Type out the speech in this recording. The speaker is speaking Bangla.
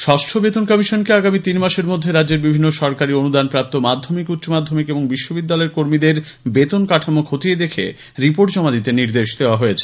ষষ্ঠ বেতন কমিশনকে আগামী তিন মাসের মধ্যে রাজ্যের বিভিন্ন সরকারি অনুদানপ্রাপ্ত মাধ্যমিক উচ্চ মাধ্যমিক এবং বিশ্ববিদ্যালয়ের কর্মীদের বেতন কাঠামো খতিয়ে দেখে রিপোর্ট জমা দিতে নির্দেশ দেওয়া হয়েছে